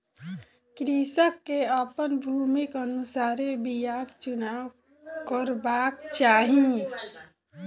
कृषक के अपन भूमिक अनुसारे बीयाक चुनाव करबाक चाही